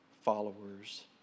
followers